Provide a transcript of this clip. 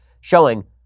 showing